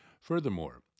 Furthermore